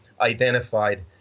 identified